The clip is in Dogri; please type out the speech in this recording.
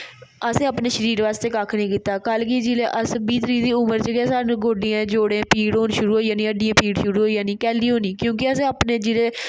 आसे अपने शरीर आस्तै कक्ख नेईं कीता कल गी जिसले अस बीह् त्रीह् दी उमर च गए सानूं हड्डियां जोडें पीड़ होना शुरु होई जानी हड्डियै गी पीड़ शुरु होई जानी कैल्ली होनी क्योंकि असें अपने